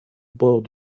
bord